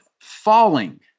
falling